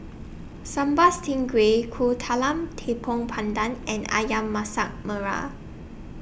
Sambal Stingray Kuih Talam Tepong Pandan and Ayam Masak Merah